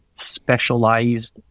specialized